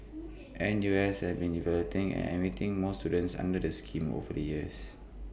N U S has been evaluating and admitting more students under the scheme over the years